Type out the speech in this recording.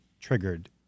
triggered